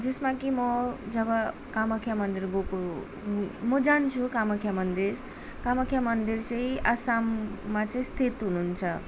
जसमा कि म जब कामाख्या मन्दिर गएको म जान्छु कामाख्या मन्दिर कामाख्या मन्दिर चाहिँ आसाममा चाहिँ स्थित हुनुहुन्छ